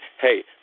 Hey